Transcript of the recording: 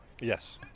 yes